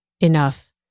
enough